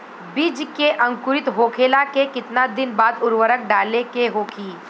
बिज के अंकुरित होखेला के कितना दिन बाद उर्वरक डाले के होखि?